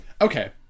Okay